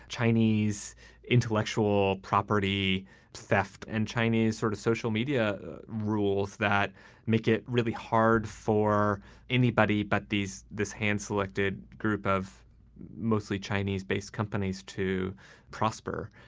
chinese intellectual property theft and chinese sort of social media rules that make it really hard for anybody but these this hand-selected group of mostly chinese based companies to prosper.